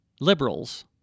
Liberals